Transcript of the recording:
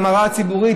האמירה הציבורית,